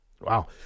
Wow